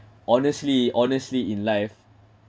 honestly honestly in life